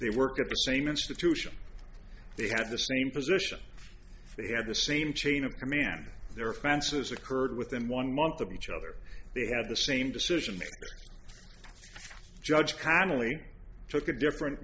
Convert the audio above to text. they work at the same institution they have the same position they have the same chain of command their fences occurred within one month of each other they have the same decision the judge connelly took a different